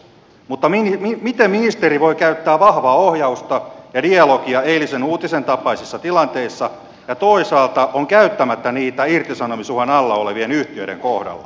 mutta miten ministeri voi käyttää vahvaa ohjausta ja dialogia eilisen uutisen tapaisessa tilanteessa ja toisaalta on käyttämättä niitä irtisanomisuhan alla olevien yhtiöiden kohdalla